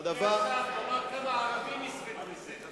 אמר כמה הערבים יסבלו מזה.